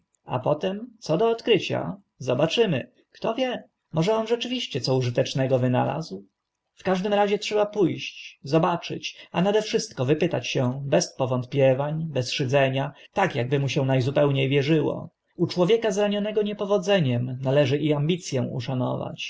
a potem co do odkrycia zobaczymy kto wie może on rzeczywiście co użytecznego wynalazł w każdym razie trzeba pó ść zobaczyć a nade wszystko wypytać się bez powątpiewań bez szydzenia tak akby mu się na zupełnie wierzyło u człowieka zranionego niepowodzeniem należy i ambic ę uszanować